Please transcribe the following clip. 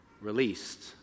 released